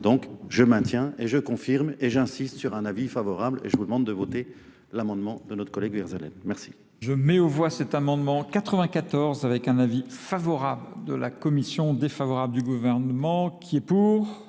Donc je maintiens et je confirme et j'insiste sur un avis favorable et je vous demande de voter l'amendement de notre collègue Huérzelen. Merci. Merci. Je mets au voie cet amendement 94 avec un avis favorable de la commission défavorable du gouvernement qui est pour